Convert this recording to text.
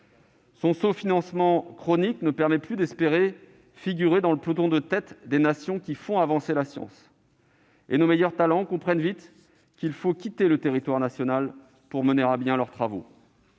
Son sous-financement chronique ne lui permet plus d'espérer figurer dans le peloton de tête des nations qui font avancer la science, et nos meilleurs talents comprennent vite qu'il leur faut quitter le territoire national pour mener à bien leurs travaux.